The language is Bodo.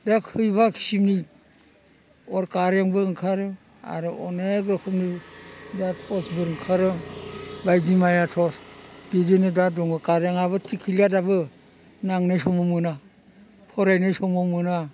दा खैबाखिसिमनि अर कारेन्टबो ओंखारो आरो अनेख रोखोमनि दा टर्सबो ओंखारो बायदि माया टर्स बिदिनो दा दङ कारेन्टआबो थिख गैला दाबो नांनाय समाव मोना फरायनाय समाव मोना